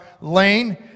lane